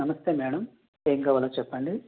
నమస్తే మేడం ఏం కావాలో చెప్పండి